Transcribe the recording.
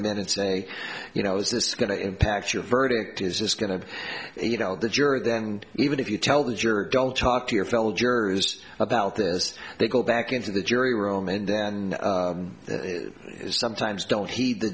them in and say you know is this going to impact your verdict is this going to you know the jury then even if you tell the jury don't talk to your fellow jurors about this they go back into the jury room and then sometimes don't heed the